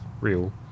real